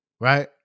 Right